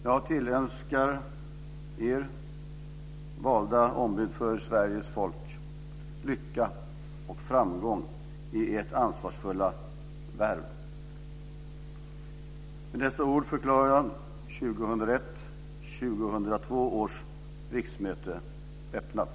Jag tillönskar er, valda ombud för Sveriges folk, lycka och framgång i ert ansvarsfulla värv. Med dessa ord förklarar jag 2001/02 års riksmöte öppnat.